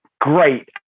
great